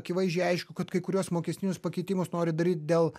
akivaizdžiai aišku kad kai kuriuos mokestinius pakeitimus nori daryt dėl